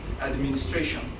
administration